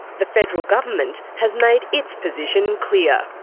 the federal government has made its position clear.